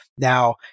Now